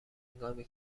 هنگامی